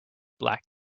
black